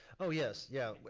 oh yes, yeah.